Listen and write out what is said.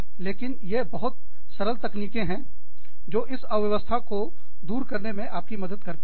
लेकिन ये बहुत सरल तकनीकें हैं जो इस अव्यवस्था को दूर करने में आपकी मदद करती हैं